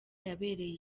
yabereye